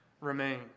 remain